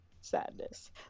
sadness